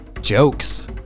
jokes